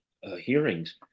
hearings